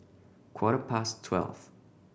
quarter past twelve